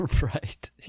Right